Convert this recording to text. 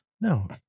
No